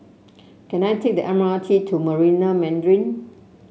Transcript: can I take the M R T to Marina Mandarin